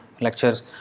lectures